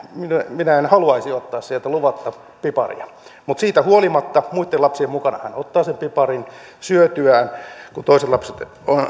minä en haluaisi ottaa sieltä luvatta piparia mutta siitä huolimatta muitten lapsien mukana hän ottaa sen piparin syötyään kun toiset lapset sanovat